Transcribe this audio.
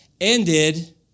ended